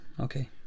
Okay